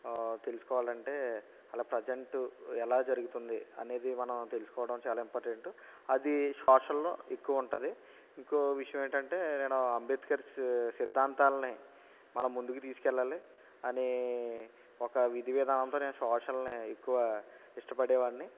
తెలుసుకోవాలంటే అలా ప్రజెంట్ ఎలా జరుగుతుంది అనేది మనం తెలుసుకోవడం చాలా ఇంపార్టెంటు అది సోషల్లో ఎక్కువ ఉంటుంది ఇంకో విషయం ఏంటంటే నేను అంబేద్కర్ సి సిద్ధాంతాల్ని మనం ముందుకు తీసుకెళ్ళాలి అని ఒక విధి విధానంతో నేను సోషల్ని ఎక్కువ ఇష్టపడే వాడిని